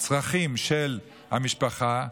בצרכים של המשפחה.